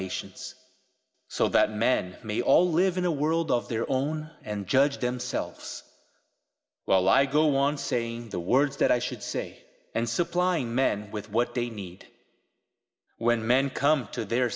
nations so that men may all live in a world of their own and judge themselves while i go on saying the words that i should say and supplying men with what they need when men come to their